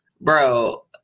Bro